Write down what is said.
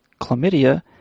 chlamydia